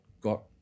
got